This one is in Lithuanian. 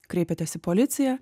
kreipiatės į policiją